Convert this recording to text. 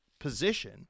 position